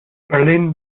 berlin